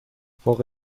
فوق